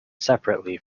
separately